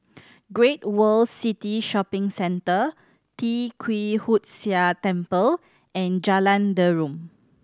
Great World City Shopping Centre Tee Kwee Hood Sia Temple and Jalan Derum